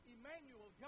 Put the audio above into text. Emmanuel